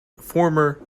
former